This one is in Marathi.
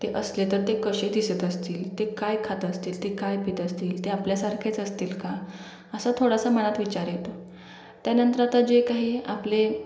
ते असले तर ते कसे दिसत असतील ते काय खात असतील ते काय पित असतील ते आपल्यासारखेच असतील का असा थोडासा मनात विचार येतो त्यानंतर आता जे काही आपले